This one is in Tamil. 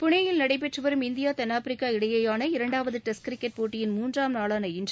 புனேயில் நடைபெற்று வரும் இந்தியா தென்னாப்பிரிக்கா இடையேயான இரண்டாவது டெஸ்ட் கிரிக்கெட் போட்டியின் மூன்றாம் நாளான இன்று